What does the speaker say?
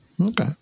Okay